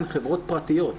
הן חברות פרטיות,